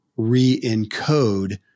re-encode